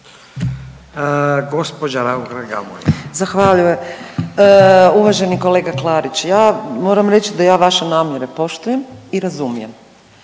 Urša (Možemo!)** Zahvaljujem. Uvaženi kolega Klarić ja moram reći da ja vaše namjere poštujem i razumijem.